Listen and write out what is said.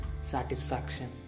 satisfaction